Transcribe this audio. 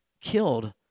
killed